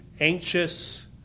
anxious